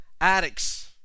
addicts